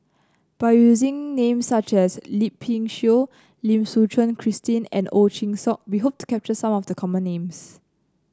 by using names such as Yip Pin Xiu Lim Suchen Christine and Ow Chin Hock we hope to capture some of the common names